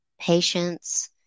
patience